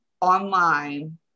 online